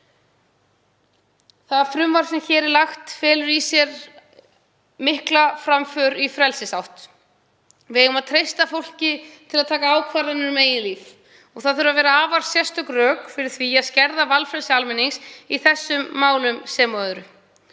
Það frumvarp sem hér er lagt fram felur í sér mikla framför í frelsisátt. Við eigum að treysta fólki til að taka ákvarðanir um eigið líf og það þurfa að vera afar sérstök rök fyrir því að skerða valfrelsi almennings í þessum málum sem og öðrum.